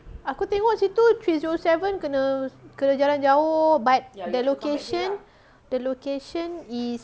aku tengok situ three zero seven kena kena jalan jauh but the location the location is